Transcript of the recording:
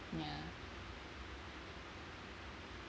ya